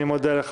אני מודה לך.